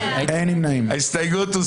הצבעה ההסתייגות לא